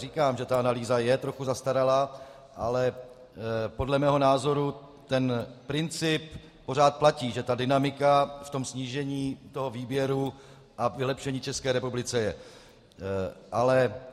Říkám, že ta analýza je trochu zastaralá, ale podle mého názoru princip pořád platí, že dynamika ve snížení výběru a ve vylepšení v České republice je.